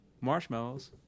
marshmallows